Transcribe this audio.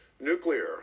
nuclear